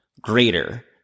greater